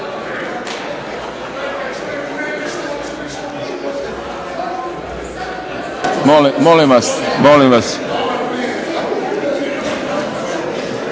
Molim vas.